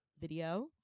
video